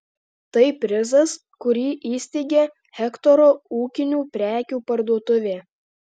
tai prizas kurį įsteigė hektoro ūkinių prekių parduotuvė